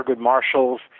Marshalls